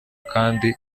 kandi